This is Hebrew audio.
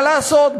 מה לעשות,